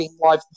Live